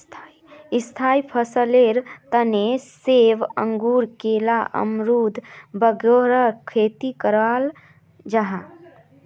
स्थाई फसलेर तने सेब, अंगूर, केला, अमरुद वगैरह खेती कराल जाहा